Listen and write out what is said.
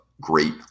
great